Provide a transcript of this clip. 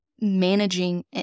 managing